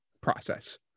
process